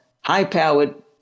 high-powered